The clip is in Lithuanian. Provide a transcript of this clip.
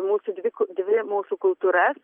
mūsų dvi dvi mūsų kultūras